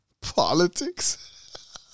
Politics